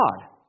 God